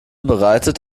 bereitet